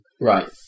Right